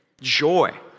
Joy